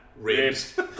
Ribs